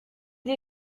des